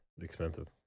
Expensive